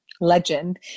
legend